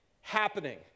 happening